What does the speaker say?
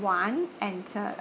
one and uh